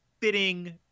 fitting